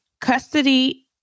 custody